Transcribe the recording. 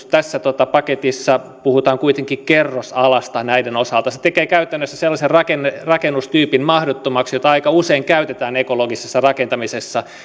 tässä paketissa puhutaan kuitenkin kerrosalasta näiden osalta se tekee käytännössä sellaisen rakennustyypin mahdottomaksi jota aika usein käytetään ekologisessa rakentamisessa